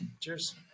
Cheers